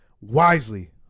wisely